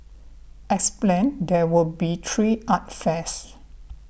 as planned there will be three art fairs